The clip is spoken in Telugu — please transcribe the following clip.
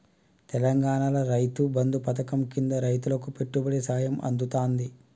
తెలంగాణాల రైతు బంధు పథకం కింద రైతులకు పెట్టుబడి సాయం అందుతాంది